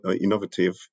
innovative